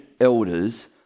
elders